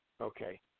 Okay